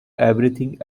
everything